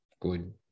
Good